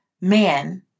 Man